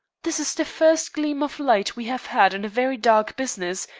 this is the first gleam of light we have had in a very dark business,